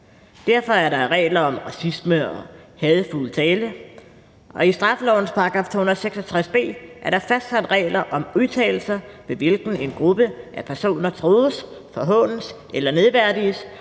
Derfor er der regler om racisme og hadefuld tale, og i straffelovens § 266 b er der fastsat regler om udtalelser, med hvilken en gruppe af personer trues, forhånes eller nedværdiges